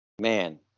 man